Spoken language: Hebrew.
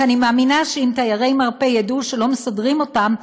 כי אני מאמינה שאם תיירי ידעו שלא מסדרים אותם,